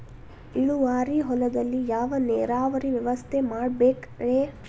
ಇಳುವಾರಿ ಹೊಲದಲ್ಲಿ ಯಾವ ನೇರಾವರಿ ವ್ಯವಸ್ಥೆ ಮಾಡಬೇಕ್ ರೇ?